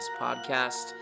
podcast